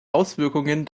auswirkungen